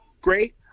Great